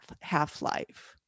half-life